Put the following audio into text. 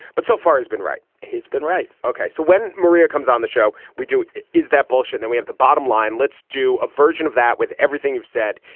but so far has been right. he's been right. ok. so when maria comes on the show, we do. is that bullshit that we have the bottom line? let's do a version of that with everything you've said.